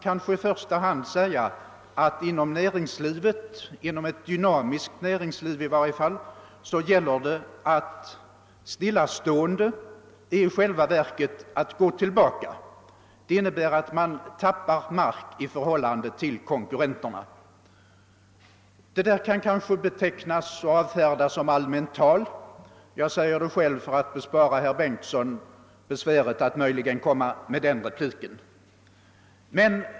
Inom näringslivet — i varje fall inom ett dynamiskt näringsliv — är stillastående i själva verket att gå tillbaka; det innebär att man tappar mark i förhållande till konkurrenterna. Detta kan kanske avfärdas som allmänt tal. Jag säger det själv för att bespara herr Bengtsson besväret att komma med den repliken.